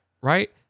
right